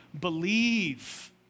believe